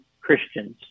Christians